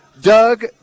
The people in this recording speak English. Doug